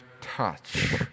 touch